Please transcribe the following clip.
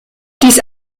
dies